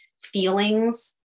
feelings